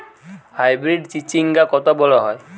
Hybrid চিচিংঙ্গা কত বড় হয়?